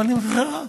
אבל נבחרה.